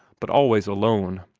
but always alone.